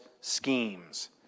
schemes